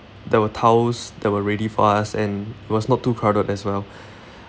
there were towels that were ready for us and it was not too crowded as well